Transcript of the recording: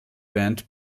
band